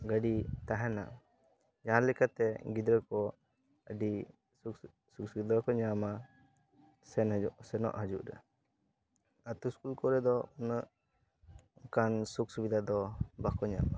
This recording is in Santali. ᱜᱟᱹᱰᱤ ᱛᱟᱦᱮᱱᱟ ᱡᱟᱦᱟᱸ ᱞᱮᱠᱟᱛᱮ ᱜᱤᱫᱽᱨᱟᱹ ᱠᱚ ᱟᱹᱰᱤ ᱥᱩᱡᱚᱠ ᱥᱩᱵᱤᱫᱟ ᱠᱚ ᱧᱟᱢᱟ ᱥᱮᱱ ᱦᱤᱡᱩᱜ ᱥᱮᱱᱚᱜ ᱦᱤᱡᱩᱜ ᱨᱮ ᱟᱛᱳ ᱤᱥᱠᱩᱞ ᱠᱚᱨᱮᱫ ᱫᱚ ᱩᱱᱟᱹᱜ ᱚᱱᱠᱟᱱ ᱥᱩᱠ ᱥᱩᱵᱤᱫᱟ ᱫᱚ ᱵᱟᱠᱚ ᱧᱟᱢᱟ